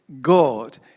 God